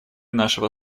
нашего